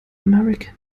american